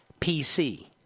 PC